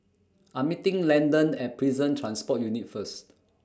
I'm meeting Landen At Prison Transport Unit First